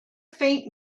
faint